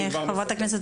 חברת הכנסת